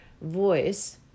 voice